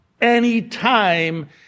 anytime